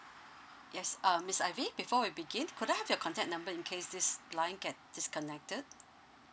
yes um miss ivy before we begin could I have your contact number in case this line get disconnected